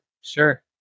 Sure